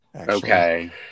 Okay